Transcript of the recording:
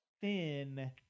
thin